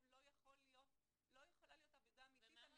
לא יכולה להיות עבודה אמיתית על מניעת אובדנות.